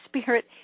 spirit